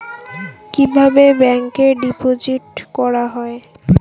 কিভাবে ব্যাংকে ডিপোজিট করা হয়?